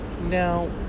Now